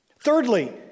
Thirdly